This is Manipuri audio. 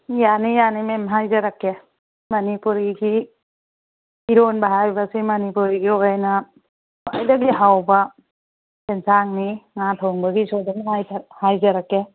ꯌꯥꯅꯤ ꯌꯥꯅꯤ ꯃꯦꯝ ꯍꯥꯏꯖꯔꯛꯀꯦ ꯃꯅꯤꯄꯨꯔꯒꯤ ꯏꯔꯣꯟꯕ ꯍꯥꯏꯕꯁꯦ ꯃꯅꯤꯄꯨꯔꯒꯤ ꯑꯣꯏꯅ ꯈ꯭ꯋꯥꯏꯗꯒꯤ ꯍꯥꯎꯕ ꯌꯦꯟꯁꯥꯡꯅꯤ ꯉꯥ ꯊꯣꯡꯕꯒꯤꯁꯨ ꯑꯗꯨꯝ ꯍꯥꯏꯖꯔꯛꯀꯦ